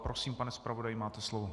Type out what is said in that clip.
Prosím, pane zpravodaji, máte slovo.